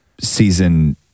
season